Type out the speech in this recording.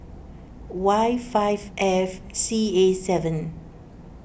Y five F C A seven